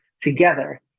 together